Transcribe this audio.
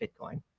Bitcoin